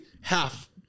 half